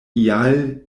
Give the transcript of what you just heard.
ial